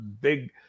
big